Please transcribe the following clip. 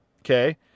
Okay